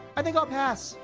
i think i'll pass.